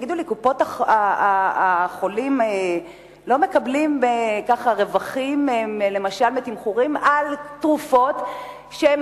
תגידו לי: קופות-החולים לא מקבלות רווחים מתמחור תרופות שהן